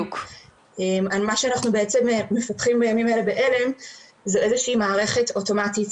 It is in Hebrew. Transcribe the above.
מה שאנחנו בעצם מפתחים בימים אלה בעלם זו איזושהי מערכת אוטומטית